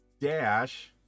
dash